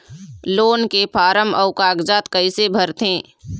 Loan के form अऊ कागजात कइसे भरथें?